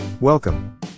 Welcome